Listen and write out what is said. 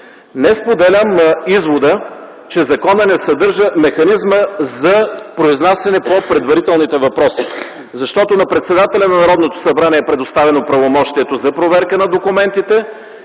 Не споделям извода, че законът не съдържа механизма за произнасяне по предварителните въпроси, защото на председателя на Народното събрание е предоставено правомощието за проверка на документите